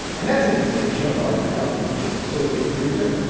and that's it for today show, margaret kelly is the just associate producer.